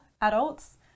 adults